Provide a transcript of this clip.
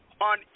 on